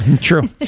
true